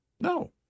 No